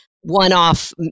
one-off